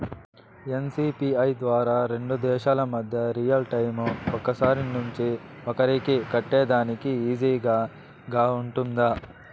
NCPI ద్వారా రెండు దేశాల మధ్య రియల్ టైము ఒకరి నుంచి ఒకరికి కట్టేదానికి ఈజీగా గా ఉంటుందా?